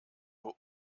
nur